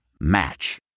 Match